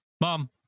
mom